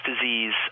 disease